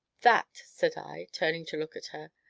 that, said i, turning to look at her,